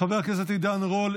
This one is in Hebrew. חבר הכנסת עידן רול,